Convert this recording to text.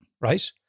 right